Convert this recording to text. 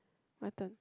my turn